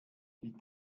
die